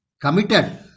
committed